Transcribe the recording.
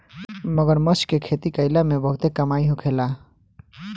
मगरमच्छ के खेती कईला में बहुते कमाई होखेला